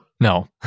no